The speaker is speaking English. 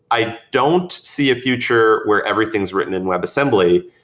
i don't see a future where everything is written in web assembly,